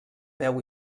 veu